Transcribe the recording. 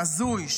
הזוי,